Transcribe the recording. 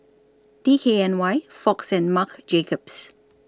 D K N Y Fox and Marc Jacobs